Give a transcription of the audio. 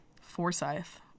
Forsyth